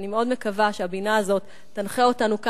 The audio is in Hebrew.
ואני מאוד מקווה שהבינה הזאת תנחה אותנו כאן,